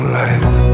life